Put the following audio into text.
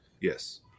Yes